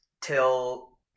till